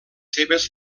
seves